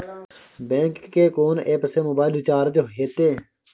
Bank के कोन app से मोबाइल रिचार्ज हेते?